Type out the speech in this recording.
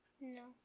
No